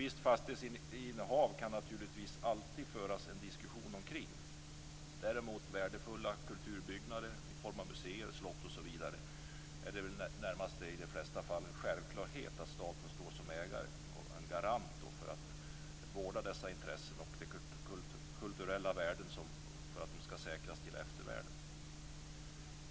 Visst fastighetsinnehav kan det naturligtvis alltid föras en diskussion omkring. När det däremot gäller värdefulla kulturbyggnader i form av museer, slott osv. är det i de flesta fall närmast en självklarhet att staten står som ägare och garant för att dessa intressen vårdas och att de kulturella värdena säkras åt eftervärlden.